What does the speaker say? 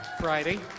Friday